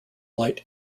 light